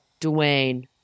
Dwayne